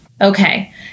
Okay